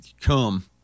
Come